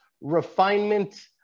refinement